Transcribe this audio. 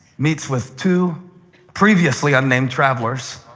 meets with two previously unnamed travelers,